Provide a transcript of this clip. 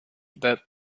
that